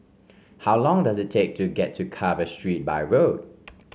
how long does it take to get to Carver Street by road